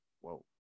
whoa